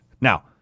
Now